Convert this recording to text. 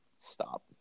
Stop